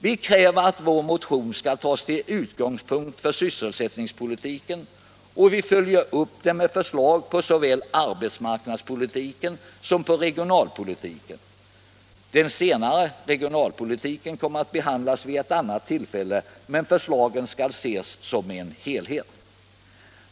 Vi kräver sålunda att vår motion skall tas till utgångspunkt för sysselsättningspolitiken, och vi följer upp det med förslag på såväl arbetsmarknadssom regionalpolitikens område. Den senare kommer att behandlas vid annat tillfälle, men förslagen skall ses som en helhet.